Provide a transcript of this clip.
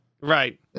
Right